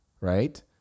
right